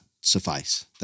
suffice